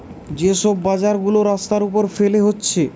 যে সব বাজার গুলা রাস্তার উপর ফেলে হচ্ছে